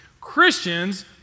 Christians